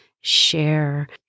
share